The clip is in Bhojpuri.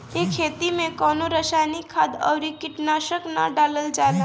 ए खेती में कवनो रासायनिक खाद अउरी कीटनाशक ना डालल जाला